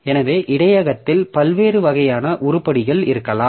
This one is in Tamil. எனவே இடையகத்தில் பல்வேறு வகையான உருப்படிகள் இருக்கலாம்